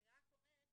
אני רק אומרת